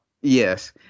Yes